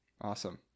Awesome